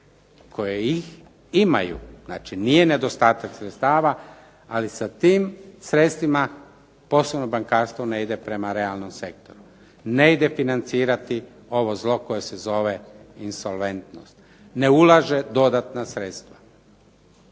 koje ih imaju, znači nije nedostatak sredstava, ali sa tim sredstvima poslovno bankarstvo ne ide prema realnom sektoru. Ne ide financirati ovo zlo koje se zove insolventnost. Ne ulaže dodatna sredstva.